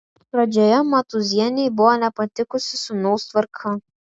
pradžioje matūzienei buvo nepatikusi sūnaus tvarka